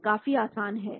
यह काफी आसान है